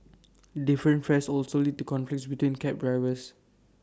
different fares also lead to conflicts between cab drivers